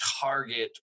target